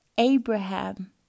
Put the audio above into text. Abraham